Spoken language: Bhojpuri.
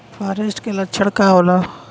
फारेस्ट के लक्षण का होला?